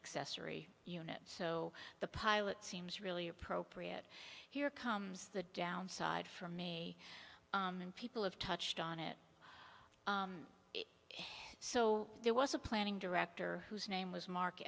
accessory unit so the pilot seems really appropriate here comes the downside from me and people have touched on it so there was a planning director whose name was mark